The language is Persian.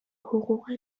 حقوق